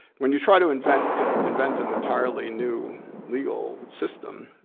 when you try to invent an invent an entirely new legal system,